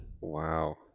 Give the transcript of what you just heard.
wow